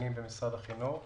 ומצטיינים במשרד החינוך.